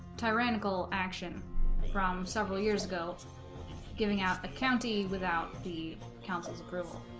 tyrannical action from several years ago giving out the county without the council's approval